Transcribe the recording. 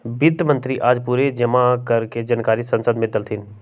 वित्त मंत्री आज पूरा जमा कर के जानकारी संसद मे देलथिन